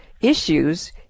issues